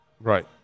Right